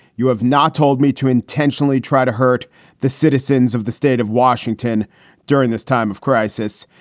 you have not told me to intentionally try to hurt the citizens of the state of washington during this time of crisis.